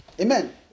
Amen